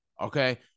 okay